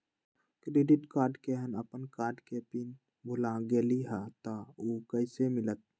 Credit card केहन अपन card के पिन भुला गेलि ह त उ कईसे मिलत?